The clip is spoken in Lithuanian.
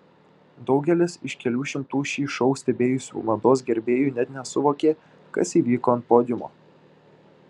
daugelis iš kelių šimtų šį šou stebėjusių mados gerbėjų net nesuvokė kas įvyko ant podiumo